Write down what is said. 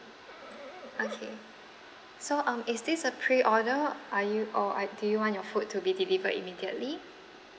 okay so um is this a pre order are you or~ ~ i~ do you want your food to be delivered immediately